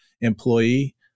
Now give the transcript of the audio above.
employee